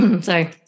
Sorry